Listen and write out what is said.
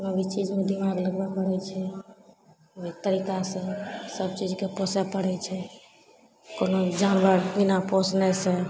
कोनो भी चीजमे दिमाग लगबै पड़ै छै एक तरीकासे सबचीजके पोसै पड़ै छै कोनो जानवर बिना पोसने से